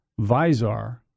Visar